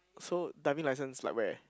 so diving license like where